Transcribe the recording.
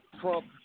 Trump